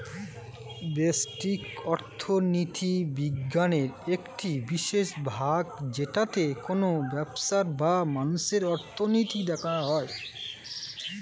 ব্যষ্টিক অর্থনীতি বিজ্ঞানের একটি বিশেষ ভাগ যেটাতে কোনো ব্যবসার বা মানুষের অর্থনীতি দেখা হয়